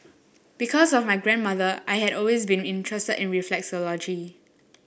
because of my grandmother I had always been interested in reflexology